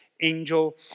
angel